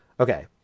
Okay